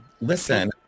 Listen